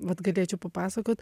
vat galėčiau papasakot